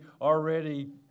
already